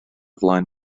flaen